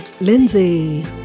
Lindsay